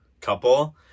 couple